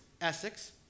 Essex